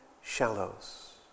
shallows